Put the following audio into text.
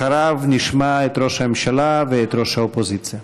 אחריו נשמע את ראש הממשלה ואת ראש האופוזיציה.